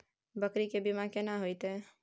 बकरी के बीमा केना होइते?